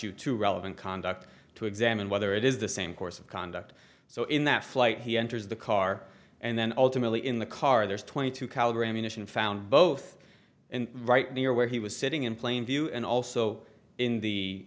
you to relevant conduct to examine whether it is the same course of conduct so in that flight he enters the car and then ultimately in the car there's twenty two caliber ammunition found both and right near where he was sitting in plain view and also in the